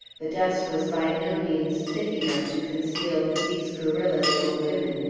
the dust was by no means thick enough to conceal that these guerrillas were women,